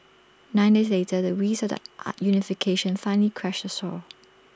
nine days later the waves of the are unification finally crashed ashore